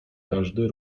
każdy